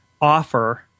offer